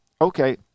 Okay